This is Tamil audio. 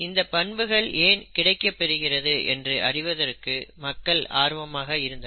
இந்தப் பண்புகள் ஏன் கிடைக்கப்பெறுகிறது என்று அறிவதற்கு மக்கள் ஆர்வமாக இருந்தனர்